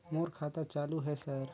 मोर खाता चालु हे सर?